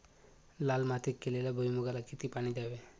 लाल मातीत केलेल्या भुईमूगाला किती पाणी द्यावे?